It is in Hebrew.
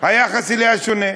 היחס אליה שונה.